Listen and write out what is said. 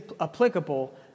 applicable